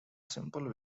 simple